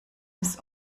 des